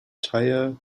tire